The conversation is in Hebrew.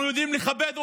אנחנו יודעים לכבד אורחים.